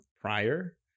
prior